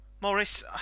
Morris